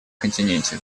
континенте